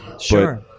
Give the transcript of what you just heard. Sure